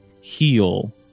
heal